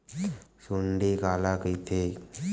सुंडी काला कइथे?